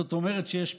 זאת אומרת שיש פתרון,